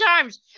times